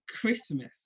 christmas